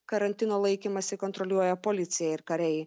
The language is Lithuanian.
karantino laikymąsi kontroliuoja policija ir kariai